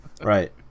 Right